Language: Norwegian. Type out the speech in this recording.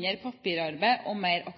mindre papirarbeid og mer